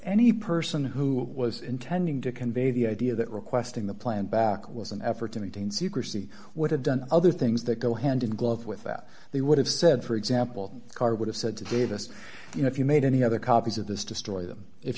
any person who was intending to convey the idea that requesting the plant back was an effort to maintain secrecy would have done other things that go hand in glove with that they would have said for example car would have said to davis you know if you made any other copies of this destroy them if